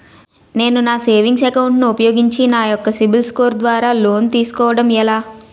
నేను నా savings account ను ఉపయోగించి నా యెక్క సిబిల్ స్కోర్ ద్వారా లోన్తీ సుకోవడం ఎలా?